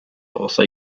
also